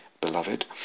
beloved